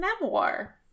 memoir